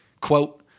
Quote